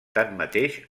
tanmateix